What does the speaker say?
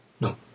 no